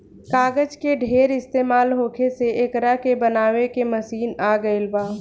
कागज के ढेर इस्तमाल होखे से एकरा के बनावे के मशीन आ गइल बा